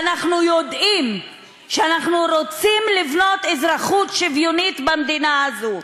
ואנחנו יודעים שאנחנו רוצים לבנות אזרחות שוויונית במדינה הזאת.